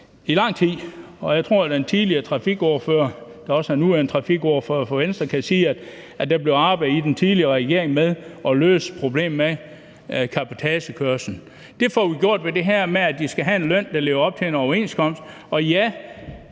i lang tid, og jeg tror, at trafikordføreren for Venstre kan sige, at der i den tidligere regering blev arbejdet med at løse problemet med cabotagekørslen. Det får vi gjort med det her, ved at de skal have en løn, der lever op til en overenskomst. Og ja,